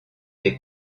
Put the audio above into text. des